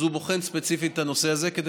אז הוא בוחן ספציפית את הנושא הזה כדי